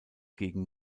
gegen